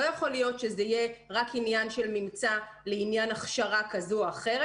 לא יכול להיות שזה יהיה רק עניין של ממצא לעניין הכשרה כזאת או אחרת.